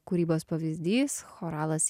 kūrybos pavyzdys choralas